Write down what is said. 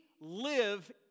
live